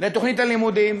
לתוכנית הלימודים,